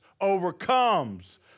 overcomes